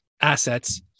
assets